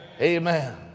Amen